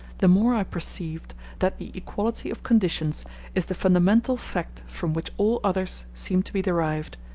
the more i perceived that the equality of conditions is the fundamental fact from which all others seem to be derived,